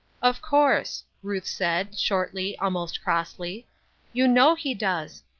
of course, ruth said, shortly, almost crossly you know he does.